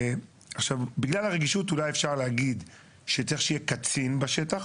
בגלל הרגישות אפשר אולי להגיד שצריך שיהיה קצין בשטח,